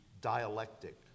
dialectic